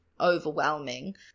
overwhelming